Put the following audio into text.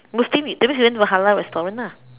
Muslim that means you went to halal restaurant lah